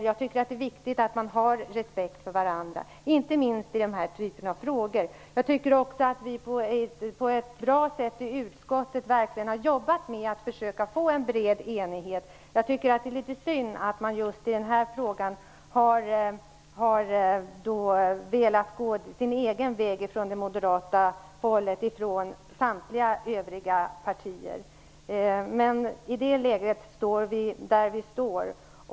Jag tycker att det är viktigt, Mikael Odenberg, att man har respekt för varandra inte minst i den här typen av frågor. Jag tycker också att vi på ett bra sätt i utskottet verkligen har jobbat med att försöka få en bred enighet. Jag tycker att det är litet synd att man från moderat håll just i den här frågan har velat gå sin egen väg, ifrån samtliga övriga partier. Men i det fallet står vi där vi står.